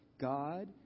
God